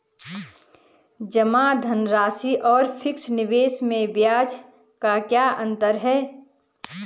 जमा धनराशि और फिक्स निवेश में ब्याज का क्या अंतर है?